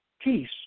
peace